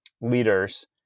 leaders